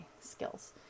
skills